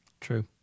True